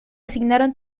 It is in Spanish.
asignaron